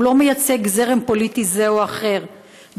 הוא לא מייצג זרם פוליטי זה או אחר,